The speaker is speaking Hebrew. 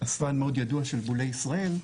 אספן מאד ידוע של בולי ישראל,